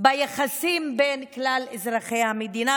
ביחסים בין כלל אזרחי המדינה,